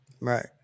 Right